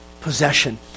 possession